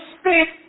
speak